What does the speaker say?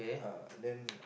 uh then